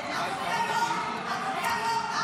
אדוני היו"ר,